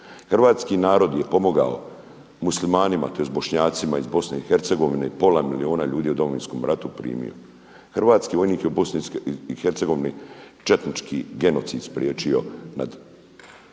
Hrvatski narod je pomogao Muslimanima, tj. Bošnjacima iz BiH, pola milijuna ljudi u Domovinskom ratu je primio. Hrvatski vojnik je u BiH četnički genocid spriječio nad Bihaćom,